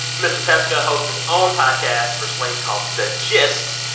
mr. pesca hosts his own podcast for slate called the gist.